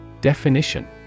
Definition